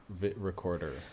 recorder